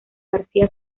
garcía